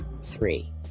Three